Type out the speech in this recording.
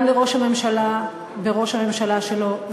גם לראש הממשלה בראש הממשלה שלו,